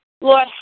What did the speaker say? Lord